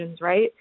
right